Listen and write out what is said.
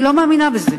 אני לא מאמינה בזה.